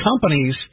companies